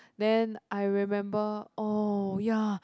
then I remember oh ya